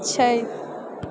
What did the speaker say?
छै